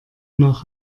nach